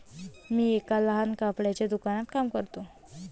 मी एका लहान कपड्याच्या दुकानात काम करतो